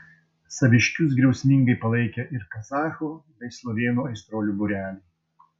saviškius griausmingai palaikė ir kazachų bei slovėnų aistruolių būreliai